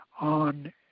on